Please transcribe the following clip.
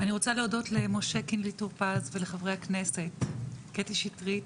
אני רוצה להודות למשה קינלי טור-פז ולחברי הכנסת קטי שטרית,